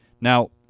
Now